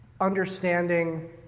understanding